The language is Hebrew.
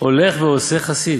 הולך ועושה, חסיד,